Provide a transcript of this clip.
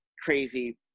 crazy